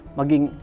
maging